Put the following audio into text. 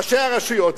ראשי הרשויות,